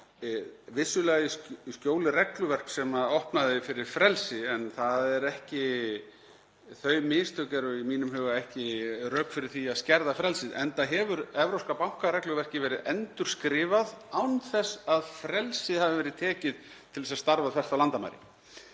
fram í.) Vissulega í skjóli regluverks sem opnaði fyrir frelsi en þau mistök eru í mínum huga ekki rök fyrir því að skerða frelsið, enda hefur evrópska bankaregluverkið verið endurskrifað án þess að frelsið hafi verið tekið til þess að starfa þvert á landamæri.